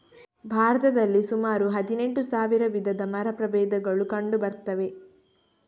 ಭಾರತದಲ್ಲಿ ಸುಮಾರು ಹದಿನೆಂಟು ಸಾವಿರ ವಿಧದ ಮರ ಪ್ರಭೇದಗಳು ಕಂಡು ಬರ್ತವೆ